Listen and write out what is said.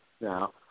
now